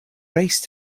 race